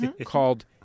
called